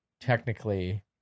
technically